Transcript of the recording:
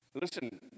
Listen